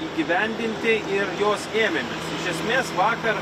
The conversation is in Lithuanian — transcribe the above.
įgyvendinti ir jos ėmėmės iš esmės vakar